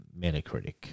Metacritic